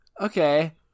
Okay